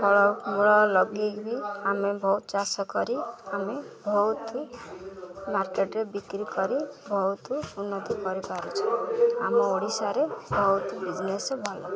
ଫଳମୂଳ ଲଗେଇ ବିି ଆମେ ବହୁତ ଚାଷ କରି ଆମେ ବହୁତ ମାର୍କେଟରେ ବିକ୍ରି କରି ବହୁତ ଉନ୍ନତି କରିପାରୁଛୁ ଆମ ଓଡ଼ିଶାରେ ବହୁତ ବିଜନେସ୍ ଭଲ